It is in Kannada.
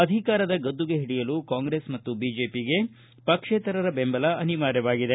ಅಧಿಕಾರದ ಗದ್ದುಗೆ ಹಿಡಿಯಲು ಕಾಂಗ್ರೆಸ್ ಮತ್ತು ಬಿಜೆಪಿಗೆ ಪಕ್ಷೇತರರ ಬೆಂಬಲ ಅನಿವಾರ್ಯವಾಗಿದೆ